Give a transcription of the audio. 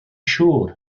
siŵr